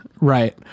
Right